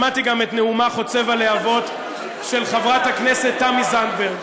שמעתי גם נאומה חוצב הלהבות של חברת הכנסת תמי זנדברג,